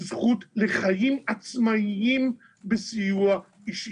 זכות לחיים עצמאיים בסיוע אישי.